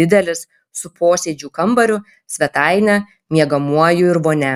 didelis su posėdžių kambariu svetaine miegamuoju ir vonia